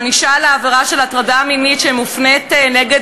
הענישה על עבירה של הטרדה מינית שמופנית נגד